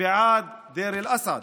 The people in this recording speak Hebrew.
ועד דיר אל-אסד,